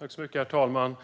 Herr talman!